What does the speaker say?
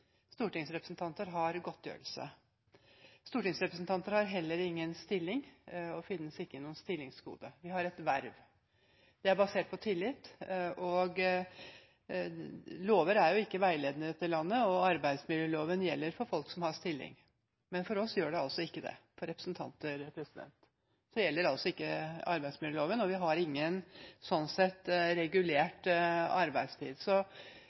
Stortingsrepresentanter har godtgjørelse. Stortingsrepresentanter har heller ingen stilling og finnes ikke i noen stillingskode. Vi har et verv. Det er basert på tillit. Lover er ikke veiledende i dette landet, og arbeidsmiljøloven gjelder for folk som har stilling. Men for oss gjør det altså ikke det. For representanter gjelder ikke arbeidsmiljøloven, og vi har sånn sett ingen regulert arbeidstid.